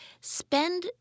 spend